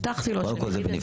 הבטחתי לו שאני אגיד את זה.